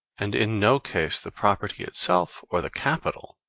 and in no case the property itself, or the capital,